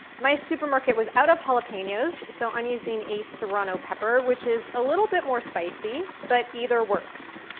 my supermarket was out of jalapenos, so i'm using a serrano pepper which is a little bit more spicy but either works.